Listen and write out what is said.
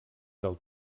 del